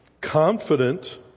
confident